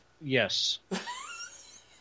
yes